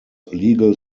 legal